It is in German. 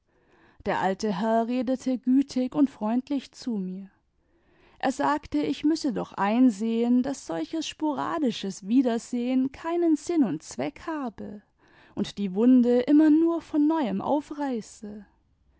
der alte herr redete gütig und freundlich zu mir er sagte ich müsse doch einsehen daß solches sporadisches wiedersehen keinen sinn und zweck habe und die wunde immer nur von neuem aufreiße